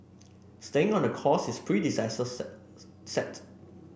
staying on the course his predecessor set